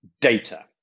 data